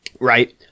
right